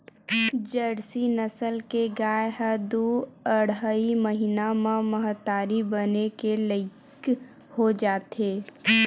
Jersey नसल के गाय ह दू अड़हई महिना म महतारी बने के लइक हो जाथे